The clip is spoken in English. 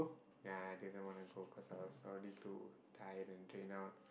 ya I didn't want to go because I was already too tired and drained out